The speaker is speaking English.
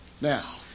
Now